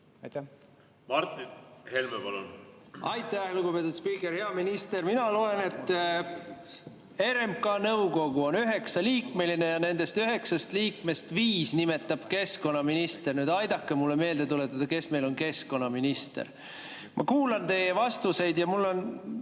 mitte midagi. Aitäh, lugupeetud spiiker! Hea minister! Mina loen, et RMK nõukogu on üheksaliikmeline ja nendest üheksast liikmest viis nimetab keskkonnaminister. Aidake mulle nüüd meelde tuletada, kes meil on keskkonnaminister. Ma kuulan teie vastuseid hämminguga: